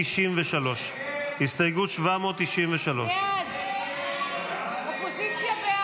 793. הסתייגות 793 לא נתקבלה.